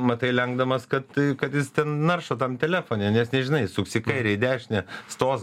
matai lenkdamas kad tai kad jis ten naršo tam telefone nes nežinai suks į kairę į dešinę stos